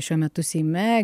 šiuo metu seime